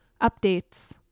Updates